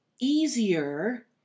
easier